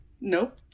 Nope